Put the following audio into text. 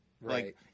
Right